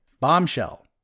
Bombshell